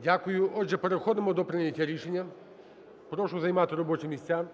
Дякую. Отже, переходимо до прийняття рішення. Прошу займати робочі місця.